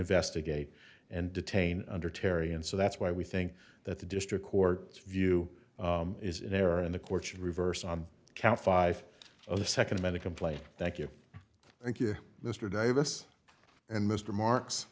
investigate and detain under terry and so that's why we think that the district court's view is in error and the court should reverse on count five of the second many complain thank you thank you mr davis and mr marks